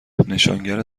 نشانگر